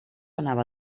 anava